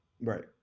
Right